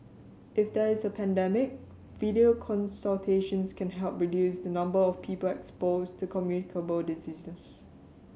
if there is a pandemic video consultations can help reduce the number of people exposed to communicable diseases